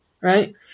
right